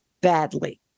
badly